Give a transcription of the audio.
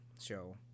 show